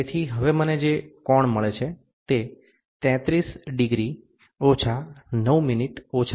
તેથી હવે મને જે કોણ મળે છે તે 33° 9' 15" છે